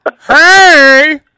Hey